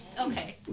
okay